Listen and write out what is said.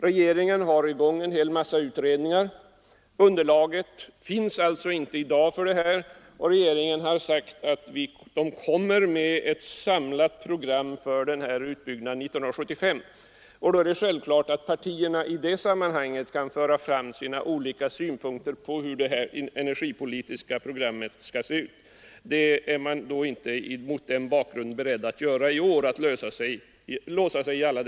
Regeringen har en hel mängd utredningar i gång, och det finns i dag inte underlag för ett sådant program. Regeringen har sagt att den kommer att framlägga ett samlat program för den energipolitiska utbyggnaden 1975, och då får partierna självfallet tillfälle att föra fram synpunkter på hur ett sådant program skall se ut. Man är mot denna bakgrund i år inte beredd att låsa sig i alla detaljer.